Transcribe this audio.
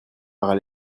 par